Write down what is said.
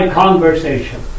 conversation